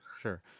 sure